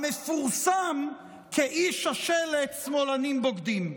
המפורסם כאיש השלט "שמאלנים בוגדים".